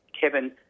Kevin